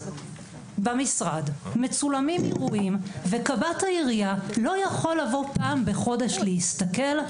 קב"ט העירייה לא יכול לבוא פעם בחודש להסתכל?